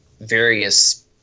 various